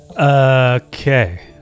Okay